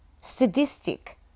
Sadistic